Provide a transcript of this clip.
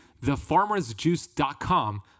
thefarmersjuice.com